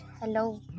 hello